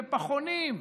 בפחונים,